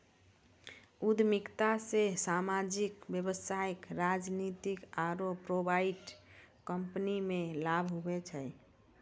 उद्यमिता से सामाजिक व्यवसायिक राजनीतिक आरु प्राइवेट कम्पनीमे लाभ हुवै छै